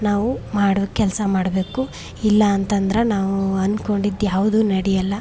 ನಾವು ಮಾಡೋ ಕೆಲಸ ಮಾಡಬೇಕು ಇಲ್ಲಾ ಅಂತಂದ್ರೆ ನಾವು ಅಂದ್ಕೊಂಡಿದ್ದು ಯಾವುದೂ ನಡೆಯಲ್ಲ